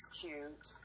cute